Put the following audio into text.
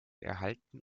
erhalten